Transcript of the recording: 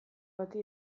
bati